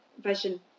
vision